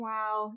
Wow